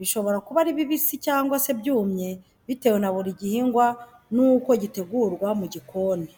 Bishobora kuba ari bibisi cyangwa se byumye bitewe na buri gihingwa n'uko gitegurwa mu gikoni.